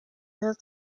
rare